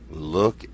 look